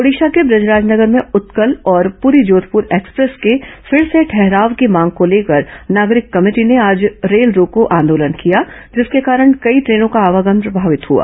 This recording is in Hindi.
ओडिशा के ब्रजराजनगर में उत्कल और पुरी जोधपुर एक्सप्रेस के फिर से ठहराव की मांग को लेकर नागरिक कमेटी ने आज रेल रोको आंदोलन किया जिसके कारण कई ट्रेनों का आवागमन प्रभावित हुआ